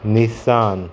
Nissan